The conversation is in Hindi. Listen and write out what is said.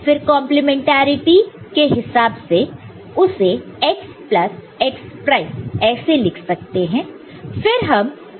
फिर कंप्लीमेंट्रिटी के हिसाब से उसे x प्लस x प्राइम ऐसे लिख सकते हैं